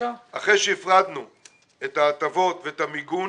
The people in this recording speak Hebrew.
אחרי שהפרדנו את ההטבות ואת המיגון,